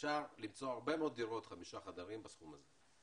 אפשר למצוא הרבה מאוד דירות של 5 חדרים בסכום הזה.